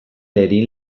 lerin